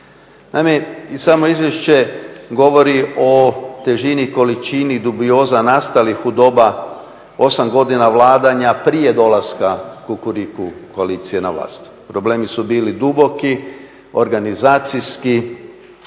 samo izvješće govori o težini i količini dubioza nastalih u doba 8 godina vladanja prije dolaska kukuriku koalicije na vlast. Problemi su bili duboki, organizacijski,